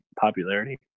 popularity